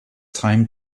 time